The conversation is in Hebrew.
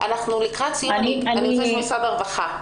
אני רוצה לשמוע את משרד הרווחה.